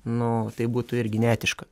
nu tai būtų irgi neetiška